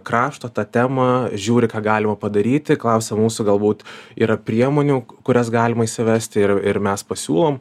krapšto tą temą žiūri ką galima padaryti klausia mūsų galbūt yra priemonių kurias galima įsivesti ir ir mes pasiūlom